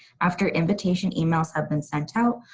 after invitation emails have been sent out,